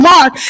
Mark